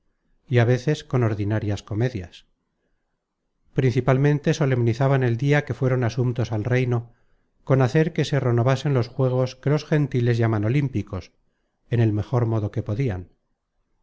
y á veces con ordinarias comedias principalmente solemnizaban el dia que fueron asumptos al reino con hacer que se renovasen los juegos que los gentiles llamaban olímpicos en el mejor modo que podian